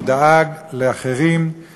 הוא דאג לאחרים,